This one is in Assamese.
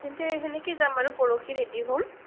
তেন্তে তেনেকৈ যাম আৰু পৰহি ৰেডি হ'ম